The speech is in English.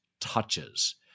touches